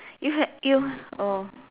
you have you oh